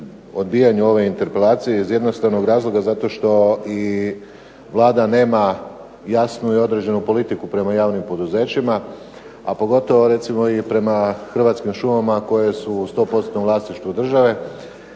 odbijanju ove interpelacije iz jednostavnog razloga, zato što i Vlada nema jasnu i određenu politiku prema javnim poduzećima, a pogotovo recimo i prema Hrvatskim šumama koje su u 100%-tnom vlasništvu države